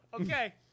okay